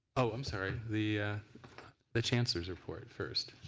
oh i'm sorry, the the chancellor's report first.